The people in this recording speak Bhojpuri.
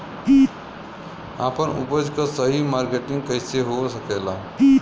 आपन उपज क सही मार्केटिंग कइसे हो सकेला?